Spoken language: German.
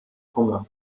hunger